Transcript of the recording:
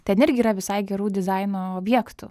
ten irgi yra visai gerų dizaino objektų